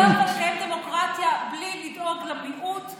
אתה לא יכול לקיים דמוקרטיה בלי לדאוג למיעוט.